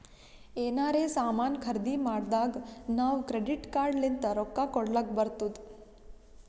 ಎನಾರೇ ಸಾಮಾನ್ ಖರ್ದಿ ಮಾಡ್ದಾಗ್ ನಾವ್ ಕ್ರೆಡಿಟ್ ಕಾರ್ಡ್ ಲಿಂತ್ ರೊಕ್ಕಾ ಕೊಡ್ಲಕ್ ಬರ್ತುದ್